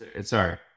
Sorry